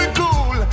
cool